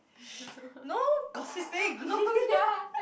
no gossiping